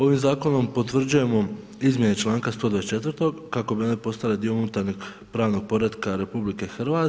Ovim zakonom potvrđujemo izmjene članka 124. kako bi one postale dio unutarnjeg pravnog poretka RH.